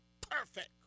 Perfect